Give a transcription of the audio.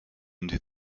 into